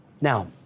Now